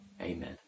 Amen